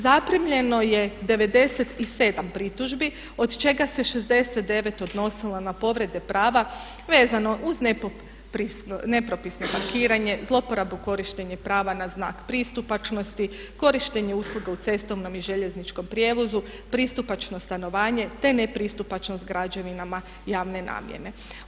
Zaprimljeno je 97 pritužbi od čega se 69 odnosilo na povrede prava vezano uz nepropisno parkiranje, zlouporabu korištenja prava na znak pristupačnosti, korištenje usluga u cestovnom i željezničkom prijevozu, pristupačno stanovanje te nepristupačnost građevinama javne namjene.